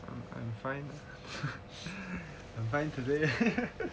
I'm fine ah I'm fine today